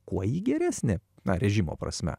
kuo ji geresnė na režimo prasme